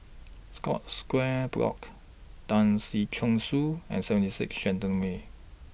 Scotts Square Block Tan Si Chong Su and seventy six Shenton Way